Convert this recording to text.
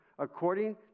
according